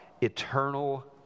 Eternal